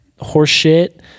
horseshit